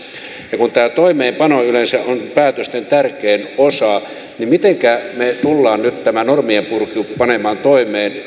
ja kun tämä toimeenpano yleensä on päätösten tärkein osa niin mitenkä me tulemme nyt tämän normien purun panemaan toimeen